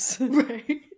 Right